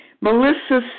Melissa